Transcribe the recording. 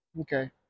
okay